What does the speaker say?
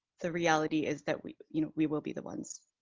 the reality is that we, you know, we will be the ones